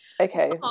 Okay